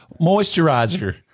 Moisturizer